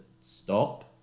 stop